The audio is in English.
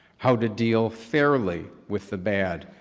how to deal fairly with the bad,